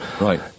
right